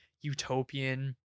utopian